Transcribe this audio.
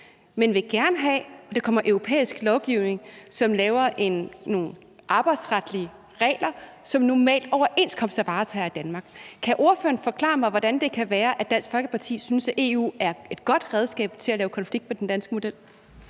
vil gerne have, at der kommer europæisk lovgivning, der laver nogle arbejdsretlige regler, som normalt bliver varetaget via overenskomster i Danmark. Kan ordføreren forklare mig, hvordan det kan være, at Dansk Folkeparti synes, at EU er et godt redskab til at lave konflikt med den danske model?